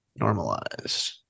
normalize